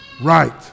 Right